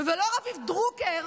ולא רביב דרוקר,